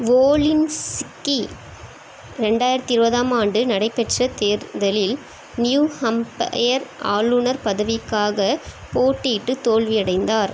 வோலின்ஸ்ஸிக்கி ரெண்டாயிரத்து இருபதாம் ஆண்டு நடைபெற்ற தேர்தலில் நியூ ஹம்பையர் ஆளுநர் பதவிக்காக போட்டியிட்டு தோல்வியடைந்தார்